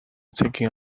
taking